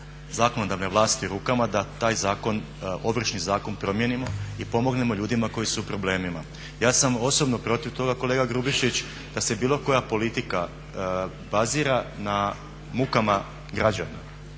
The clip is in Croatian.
zakonodavne vlasti u rukama da taj zakon, Ovršni zakon promijenimo i pomognemo ljudima koji su u problemima. Ja sam osobno protiv toga kolega Grubišić da se bilo koja politika bazira na mukama građana